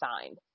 signed